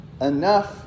enough